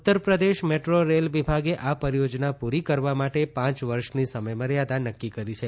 ઉત્તર Pradesh metro rail વિભાગે આ પરિયોજના પૂરી કરવા માટે પાંચ વર્ષની સમયમર્યાદા નક્કી કરી છે